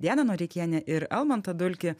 dianą noreikienę ir almontą dulkį